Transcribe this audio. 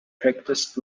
practiced